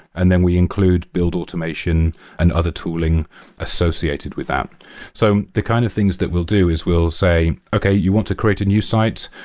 and then we include build automation and other tooling associated with that. so the kind of things that we'll do is we'll say, okay. you want to create a new site?